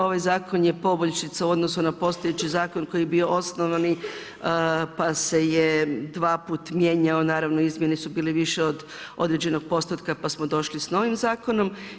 Ovaj zakon je poboljšica u odnosu na postojeći zakon koji je bio osnovani pa se je dva puta mijenjao, naravno izmjene su bile više od određenog postotka pa smo došli sa novim zakonom.